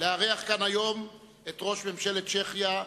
לארח כאן היום את ראש ממשלת צ'כיה,